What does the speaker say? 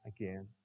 again